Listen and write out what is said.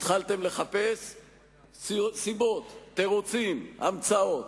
התחלתם לחפש סיבות, תירוצים, המצאות.